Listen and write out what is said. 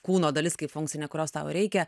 kūno dalis kaip funkcinė kurios tau reikia